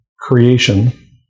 creation